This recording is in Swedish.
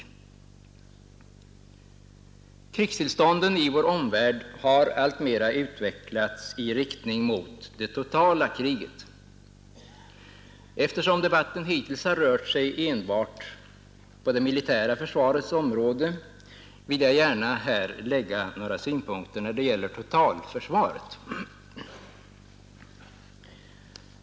Krigstillstånd i vår omvärld har alltmer utvecklats i riktning mot det totala kriget. Debatten hittills har rört endast det militära försvaret, och jag vill anföra några synpunkter på totalförsvaret.